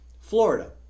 Florida